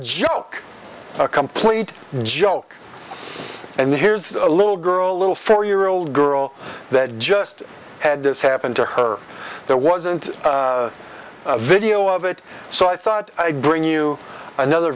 joke a complete joke and here's a little girl a little four year old girl that just had this happen to her there wasn't a video of it so i thought i'd bring you another